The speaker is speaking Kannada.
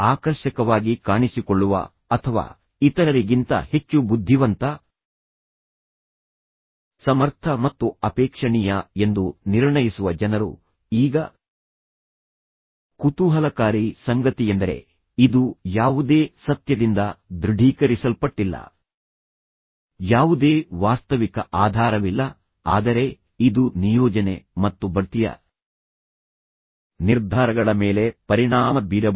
ಆಕರ್ಷಕವಾಗಿ ಕಾಣಿಸಿಕೊಳ್ಳುವ ಅಥವಾ ಇತರರಿಗಿಂತ ಹೆಚ್ಚು ಬುದ್ಧಿವಂತ ಸಮರ್ಥ ಮತ್ತು ಅಪೇಕ್ಷಣೀಯ ಎಂದು ನಿರ್ಣಯಿಸುವ ಜನರು ಈಗ ಕುತೂಹಲಕಾರಿ ಸಂಗತಿಯೆಂದರೆ ಇದು ಯಾವುದೇ ಸತ್ಯದಿಂದ ದೃಢೀಕರಿಸಲ್ಪಟ್ಟಿಲ್ಲ ಯಾವುದೇ ವಾಸ್ತವಿಕ ಆಧಾರವಿಲ್ಲ ಆದರೆ ಇದು ನಿಯೋಜನೆ ಮತ್ತು ಬಡ್ತಿಯ ನಿರ್ಧಾರಗಳ ಮೇಲೆ ಪರಿಣಾಮ ಬೀರಬಹುದು